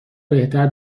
بهتر